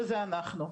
שזה אנחנו.